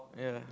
yeah